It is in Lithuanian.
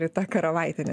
rita karavaitienė